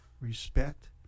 respect